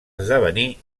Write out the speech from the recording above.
esdevenir